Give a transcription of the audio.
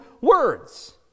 words